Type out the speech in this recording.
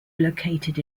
located